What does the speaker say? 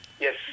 Yes